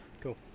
Cool